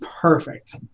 perfect